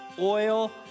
oil